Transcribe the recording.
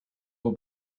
will